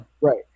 Right